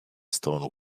stone